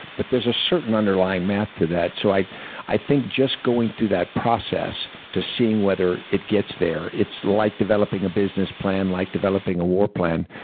but there's a certain underlying math to that, so i i think just going through that process to seeing whether it gets there, it's like developing a business plan, like developing war plan.